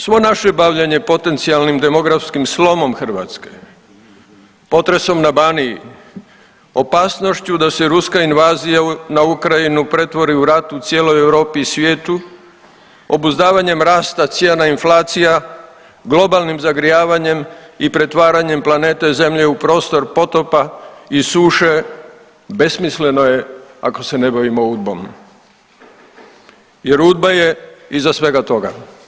Svo naše bavljenje potencijalnim demografskim slomom Hrvatske, potresom na Baniji, opasnošću da se Ruska invazija na Ukrajinu pretvori u rat u cijeloj Europi i svijetu, obuzdavanjem rasta cijena, inflacija, globalnim zagrijavanjem i pretvaranjem planete Zemlje u prostor potopa i suše besmisleno je ako se ne bavimo UDBOM jer UDBA je iza svega toga.